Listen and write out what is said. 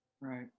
Right